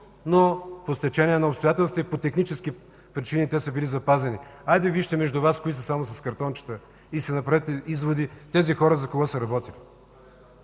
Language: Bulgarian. но по стечение на обстоятелствата и по технически причини те са били запазени. Хайде вижте между Вас кои са само с картончета и си направете изводи тези хора за кого са работили.